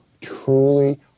truly